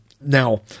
now